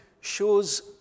shows